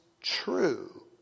true